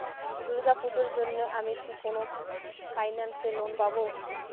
দূর্গা পূজোর জন্য আমি কি কোন ফাইন্যান্স এ লোন পাবো?